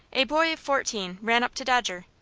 a boy of fourteen ran up to dodger.